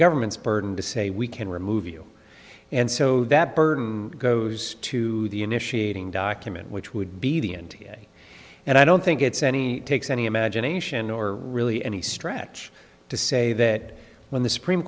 government's burden to say we can remove you and so that burden goes to the initiating document which would be the n t a and i don't think it's any takes any imagination or really any stretch to say that when the supreme